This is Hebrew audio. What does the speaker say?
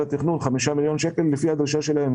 התכנון 5 מיליון שקלים לפי הדרישה שלהם.